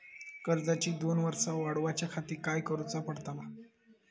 कर्जाची दोन वर्सा वाढवच्याखाती काय करुचा पडताला?